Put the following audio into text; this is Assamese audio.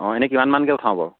অঁ এনেই কিমানমানকৈ উঠাও বাৰু